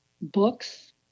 books